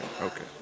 Okay